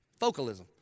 focalism